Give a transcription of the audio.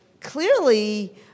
clearly